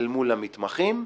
מול המתמחים,